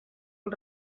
els